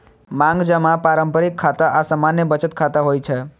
मांग जमा पारंपरिक खाता आ सामान्य बचत खाता होइ छै